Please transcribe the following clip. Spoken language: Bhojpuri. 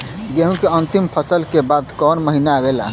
गेहूँ के अंतिम फसल के बाद कवन महीना आवेला?